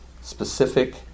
specific